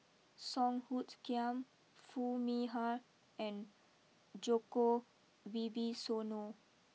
Song Hoot Kiam Foo Mee Har and Djoko Wibisono